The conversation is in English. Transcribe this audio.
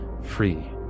free